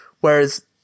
Whereas